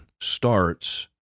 starts